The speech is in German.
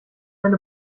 eine